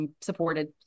supported